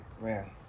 Man